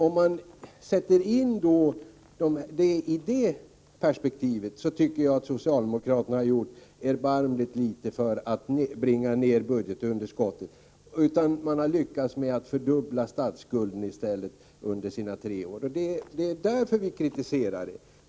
Om man sätter in frågorna i det perspektivet tycker jag att socialdemokraterna har gjort erbarmligt litet för att bringa ner budgetunderskottet. De har under sina tre år i stället lyckats med att fördubbla statsskulden. Det är därför vi anför kritik.